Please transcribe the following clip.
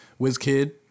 Wizkid